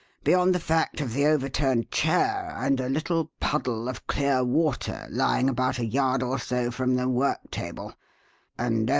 beyond the fact of the overturned chair and a little puddle of clear water lying about a yard or so from the work-table and,